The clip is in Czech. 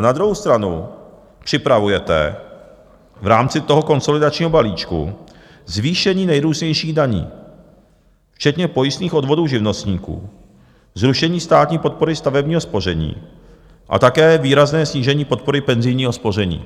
na druhou stranu připravujete v rámci toho konsolidačního balíčku zvýšení nejrůznějších daní, včetně pojistných odvodů živnostníků, zrušení státní podpory stavebního spoření a také výrazné snížení podpory penzijního spoření.